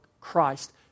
Christ